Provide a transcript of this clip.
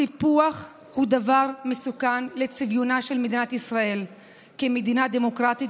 סיפוח הוא דבר מסוכן לצביונה של מדינת ישראל כמדינה דמוקרטית